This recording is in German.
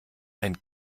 ein